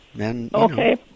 Okay